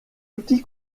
outil